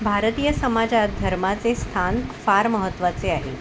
भारतीय समाजात धर्माचे स्थान फार महत्वाचे आहे